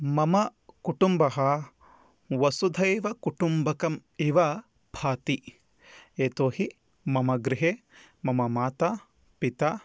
मम कुटुम्बः वसुधैव कुटुम्बकम् इव भाति यतोहि मम गृहे मम माता पिता